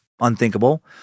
unthinkable